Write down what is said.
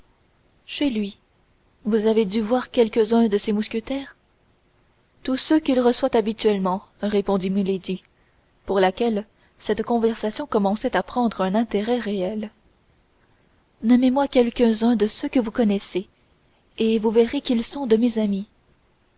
chez lui vous avez dû voir quelques-uns de ses mousquetaires tous ceux qu'il reçoit habituellement répondit milady pour laquelle cette conversation commençait à prendre un intérêt réel nommez moi quelques-uns de ceux que vous connaissez et vous verrez qu'ils seront de mes amis